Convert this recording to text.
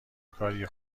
کاریه